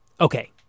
Okay